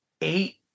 eight